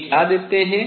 ये क्या देते हैं